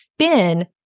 spin